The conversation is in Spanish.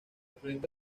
proyecto